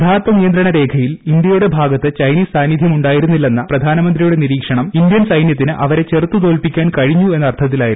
യഥാർത്ഥ നിയന്ത്രണ രേഖ്വയിൽ ്ഇന്ത്യയുടെ ഭാഗത്ത് ചൈനീസ് സാന്നിദ്ധ്യം ഉണ്ടായിരുന്നില്ലെന്നു പ്രധാനമന്ത്രിയുടെ നിരീക്ഷണം ഇന്ത്യൻ സൈന്യത്തിന് അവരെ പ്രച്ചെറുത്തു തോൽപ്പിക്കാൻ കഴിഞ്ഞു എന്ന അർത്ഥത്തിലായിരുന്നു